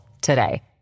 today